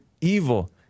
evil